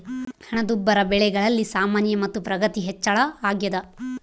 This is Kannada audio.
ಹಣದುಬ್ಬರ ಬೆಲೆಗಳಲ್ಲಿ ಸಾಮಾನ್ಯ ಮತ್ತು ಪ್ರಗತಿಪರ ಹೆಚ್ಚಳ ಅಗ್ಯಾದ